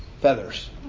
feathers